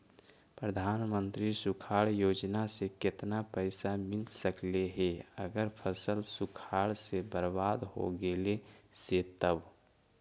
प्रधानमंत्री सुखाड़ योजना से केतना पैसा मिल सकले हे अगर फसल सुखाड़ से बर्बाद हो गेले से तब?